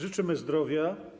Życzymy zdrowia.